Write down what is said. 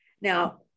Now